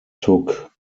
took